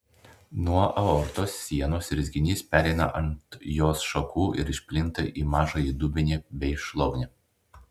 nuo aortos sienos rezginys pereina ant jos šakų ir išplinta į mažąjį dubenį bei šlaunį